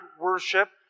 worship